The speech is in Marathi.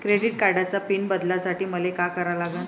क्रेडिट कार्डाचा पिन बदलासाठी मले का करा लागन?